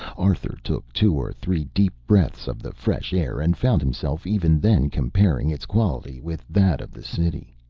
arthur took two or three deep breaths of the fresh air and found himself even then comparing its quality with that of the city.